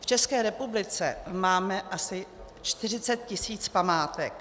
V České republice máme asi 40 tisíc památek.